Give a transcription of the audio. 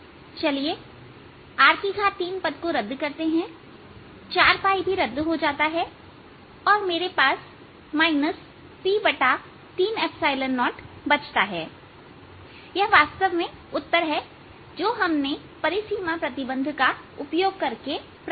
चलिए r3पद को रद्द करते हैं 4भी रद्द हो जाता है और मेरे पास P30बचता है यह वास्तव में उत्तर है जो हमने परिसीमा प्रतिबंध का उपयोग करके प्राप्त किया